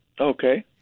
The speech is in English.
Okay